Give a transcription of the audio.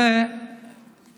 זו